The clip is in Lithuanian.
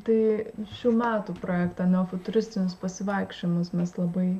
tai šių metų projekte ne futuristinius pasivaikščiojimus mes labai